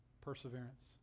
perseverance